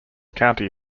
county